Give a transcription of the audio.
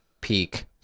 peak